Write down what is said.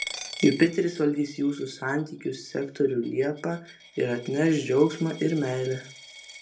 jupiteris valdys jūsų santykių sektorių liepą ir atneš džiaugsmą ir meilę